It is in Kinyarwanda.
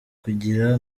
kugira